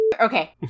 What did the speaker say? Okay